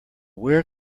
where